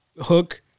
hook